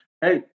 Hey